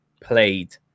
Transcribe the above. played